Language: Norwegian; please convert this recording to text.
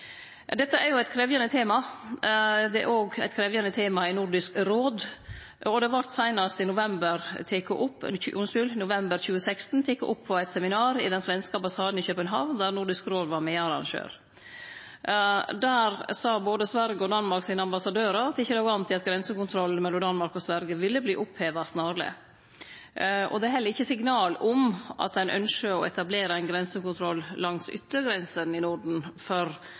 Dette er eit krevjande tema. Det er òg eit krevjande tema i Nordisk råd, og det vart seinast i november 2016 teke opp på eit seminar i den svenske ambassaden i København, der Nordisk råd var medarrangør. Der sa både Sverige og Danmark sine ambassadørar at det ikkje låg an til at grensekontrollen mellom Danmark og Sverige ville verte oppheva snarleg. Det er heller ikkje nokon signal om at ein ønskjer å etablere ein grensekontroll langs yttergrensene i Norden for